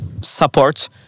support